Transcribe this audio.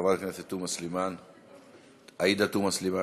חברת הכנסת עאידה תומא סלימאן.